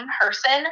person